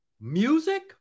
Music